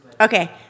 Okay